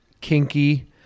kinky